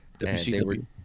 WCW